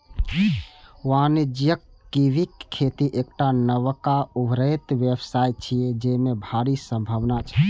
वाणिज्यिक कीवीक खेती एकटा नबका उभरैत व्यवसाय छियै, जेमे भारी संभावना छै